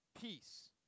peace